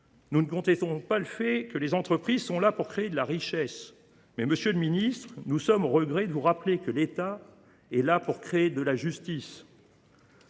nous ne contestons pas que les entreprises sont là pour créer de la richesse, nous sommes au regret de vous rappeler que l’État est là pour créer de la justice,